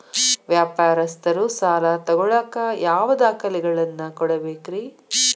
ವ್ಯಾಪಾರಸ್ಥರು ಸಾಲ ತಗೋಳಾಕ್ ಯಾವ ದಾಖಲೆಗಳನ್ನ ಕೊಡಬೇಕ್ರಿ?